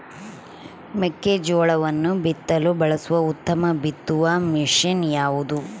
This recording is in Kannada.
ಮೆಕ್ಕೆಜೋಳವನ್ನು ಬಿತ್ತಲು ಬಳಸುವ ಉತ್ತಮ ಬಿತ್ತುವ ಮಷೇನ್ ಯಾವುದು?